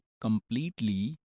completely